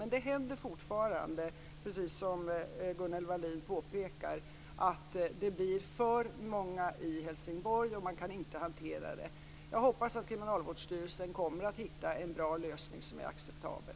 Men det händer fortfarande, precis som Gunnel Wallin påpekar, att det blir för många i Helsingborg, och man kan inte hantera det. Jag hoppas att Kriminalvårdsstyrelsen kommer att hitta en bra lösning som är acceptabel.